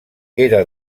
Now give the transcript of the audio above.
era